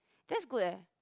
that's good eh